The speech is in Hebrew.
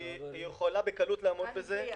היא יכולה בקלות לעמוד בזה.